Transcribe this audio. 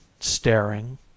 staring